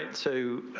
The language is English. and so